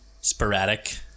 sporadic